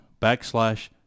backslash